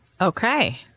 Okay